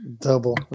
Double